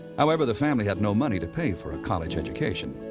however, the family had no money to pay for a college education.